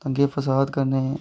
दंगे फसाद करने ई